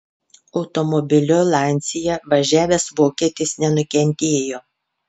automobiliu lancia važiavęs vokietis nenukentėjo